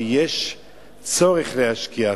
ויש צורך להשקיע,